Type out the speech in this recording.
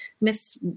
Miss